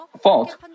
fault